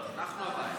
אנחנו הבעיה.